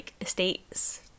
estates